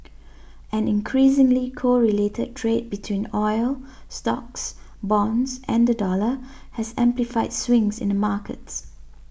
an increasingly correlated trade between oil stocks bonds and the dollar has amplified swings in the markets